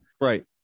Right